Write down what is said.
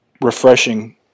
refreshing